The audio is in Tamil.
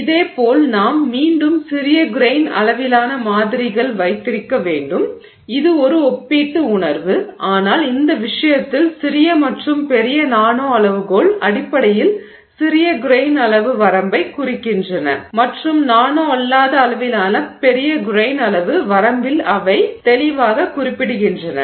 இதேபோல் நாம் மீண்டும் சிறிய கிரெய்ன் அளவிலான மாதிரிகள் வைத்திருக்க வேண்டும் இது ஒரு ஒப்பீட்டு உணர்வு ஆனால் இந்த விஷயத்தில் சிறிய மற்றும் பெரிய நானோ அளவுகோல் அடிப்படையில் சிறிய கிரெய்ன் அளவு வரம்பைக் குறிக்கின்றன மற்றும் நானோ அல்லாத அளவிலான பெரிய கிரெய்ன் அளவு வரம்பில் அவை தெளிவாகக் குறிப்பிடுகின்றன